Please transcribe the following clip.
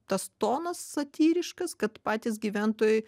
tas tonas satyriškas kad patys gyventojai